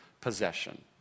possession